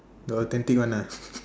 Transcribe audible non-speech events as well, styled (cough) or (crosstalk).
the authentic one ah (laughs)